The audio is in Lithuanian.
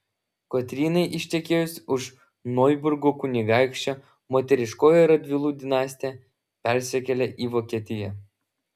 kotrynai ištekėjus už noiburgo kunigaikščio moteriškoji radvilų dinastija persikėlė į vokietiją